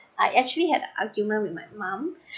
I actually had a argument with my mum